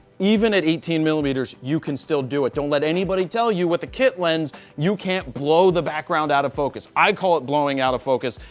even at eighteen millimeters, you can still do it. don't let anybody tell you with a kit lens you can't blow the background out of focus. i call it blowing out of focus.